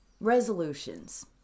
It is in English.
resolutions